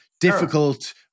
difficult